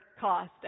cost